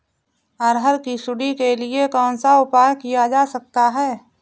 अरहर की सुंडी के लिए कौन सा उपाय किया जा सकता है?